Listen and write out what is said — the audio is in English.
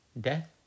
death